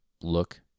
look